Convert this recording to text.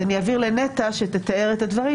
אז אעביר את רשות הדיבור לנטע שתתאר את הדברים,